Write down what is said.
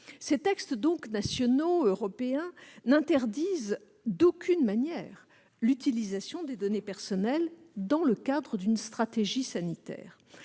Ces textes nationaux et européens n'interdisent d'aucune manière l'utilisation des données personnelles dans le cadre d'une stratégie sanitaire,